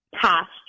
past